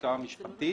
ללשכה המשפטית,